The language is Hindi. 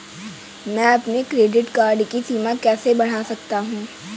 मैं अपने क्रेडिट कार्ड की सीमा कैसे बढ़ा सकता हूँ?